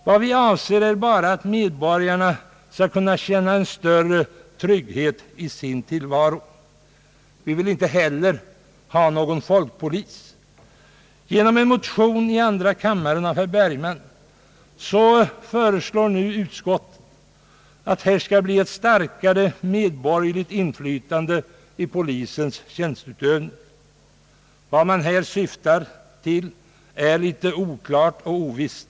Vad vi avser är endast att medborgarna skall kunna känna större trygghet i tillvaron. Vi vill inte heller ha någon folkpolis. Genom att följa en motion i andra kammaren av herr Bergman föreslår nu utskottet att det skall bli ett starkare medborgerligt inflytande på polisens tjänsteutövning. Vad man här syftar till är en smula oklart och ovisst.